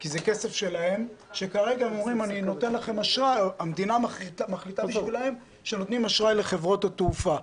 זה כסף שלהם שכרגע המדינה מחליטה בשבילם שנותנים אשראי לחברות התעופה.